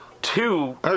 two